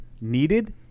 needed